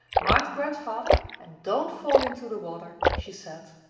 mind grandfather, and don't fall into the water, she said.